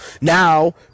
now